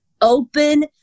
open